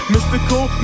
Mystical